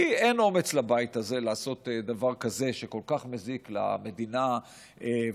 כי אין אומץ לבית הזה לעשות דבר כזה שכל כך מזיק למדינה ולביטחונה,